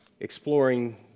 Exploring